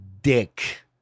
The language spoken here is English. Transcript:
dick